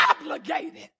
obligated